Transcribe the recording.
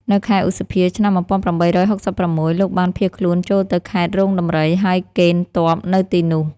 នៅខែឧសភា ឆ្នាំ ១៨៦៦ លោកបានភៀសខ្លួនចូលទៅខេត្តរោងដំរី ហើយកេណ្ឌទ័ពនៅទីនោះ។